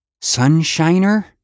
Sunshiner